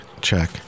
check